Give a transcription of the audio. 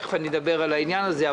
תיכף אדבר על העניין הזה.